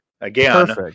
again